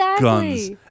guns